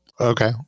Okay